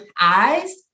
eyes